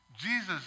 Jesus